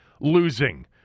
losing